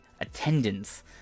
attendance